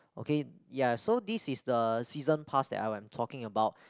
okay ya so this is the season pass that I am talking about